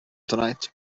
tonight